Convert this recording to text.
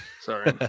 Sorry